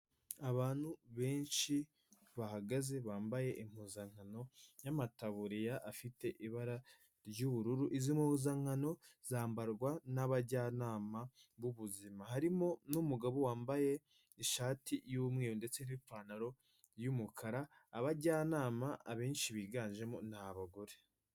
Abantu benshi bahagaze bambaye impuzankano y'amataburiya afite ibara ry'ubururu, izi muruzankano zambarwa n'abajyanama b'ubuzima. Harimo n'umugabo wambaye ishati y'umweru ndetse n'ipantaro y'umukara, abajyanama abenshi biganjemo ni abagore.